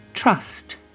Trust